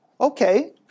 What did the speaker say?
Okay